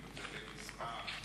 רק עוד משפט אחד,